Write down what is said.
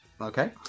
okay